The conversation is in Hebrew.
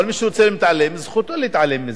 אבל מי שרוצה להתעלם זכותו להתעלם,